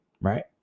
right